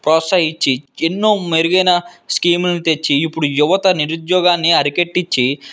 ప్రోత్సహించి ఎన్నో మెరుగైన స్కీములను తెచ్చి ఇప్పుడు యువత నిరుద్యోగాన్ని అరికట్టించి